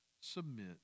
submit